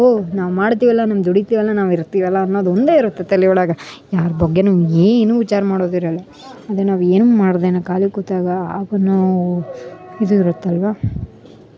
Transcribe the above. ಓ ನಾವು ಮಾಡ್ತಿವಲ್ಲ ನಾವು ದುಡಿತಿವಲ್ಲ ನಾವು ಇರ್ತಿವಲ್ಲ ಅನ್ನೋದು ಒಂದೆ ಇರುತ್ತೆ ತಲೆ ಒಳಗ ಯಾರು ಬಗ್ಗೇನು ಏನು ವಿಚಾರ ಮಾಡೋದಿರಲ್ಲ ಅದೆ ನಾವು ಏನು ಮಾಡ್ದೆನೆ ಖಾಲಿ ಕೂತಾಗ ಆಗೊ ನೋವು ಇದು ಇರುತಲ್ವ ಹಾಗೆ